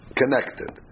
connected